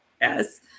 Yes